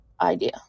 idea